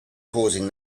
causing